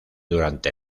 durante